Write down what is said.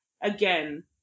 again